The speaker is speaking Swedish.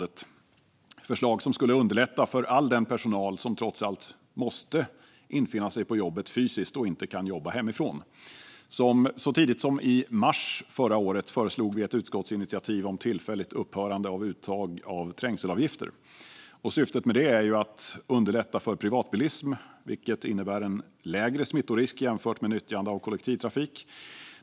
Det är förslag som skulle underlätta för all den personal som trots allt måste infinna sig på jobbet fysiskt och inte kan jobba hemifrån. Så tidigt som i mars förra året föreslog vi ett utskottsinitiativ om tillfälligt upphörande av uttag av trängselavgifter. Syftet med det är att underlätta för privatbilism, vilket innebär en lägre smittorisk jämfört med nyttjande av kollektivtrafik.